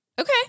Okay